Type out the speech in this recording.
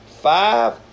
five